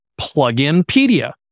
Pluginpedia